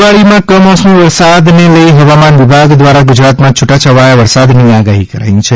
દિવળીમાં કમોસમી વરસાદને લઇ હવામાન વિભાગ દ્વારા ગુજરાતમાં છૂટાછવાયા વરસાદની આગાહી કરાઇ છે